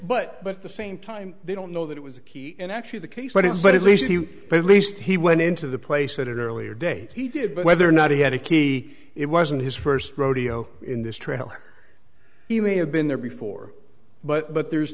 but but at the same time they don't know that it was a key in actually the case but it's but at least you but at least he went into the place that earlier date he did but whether or not he had a key it wasn't his first rodeo in this trailer he may have been there before but there's